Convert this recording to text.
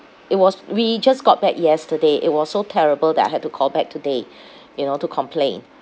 it was we just got back yesterday it was so terrible that I had to call back today you know to complain